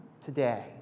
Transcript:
today